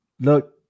Look